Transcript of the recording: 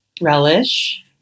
Relish